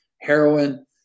heroin